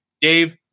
Dave